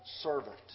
servant